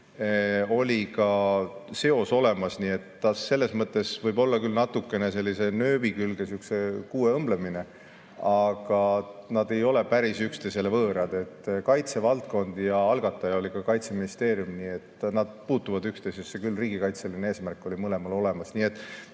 oli ka seos olemas. Nii et selles mõttes võib olla küll natuke sihuke nööbi külge kuue õmblemine, aga nad ei ole päris üksteisele võõrad. See on kaitsevaldkond ja algataja oli ka Kaitseministeerium, nii et nad puutuvad üksteisesse küll, sest riigikaitseline eesmärk oli mõlemal olemas.